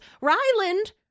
Ryland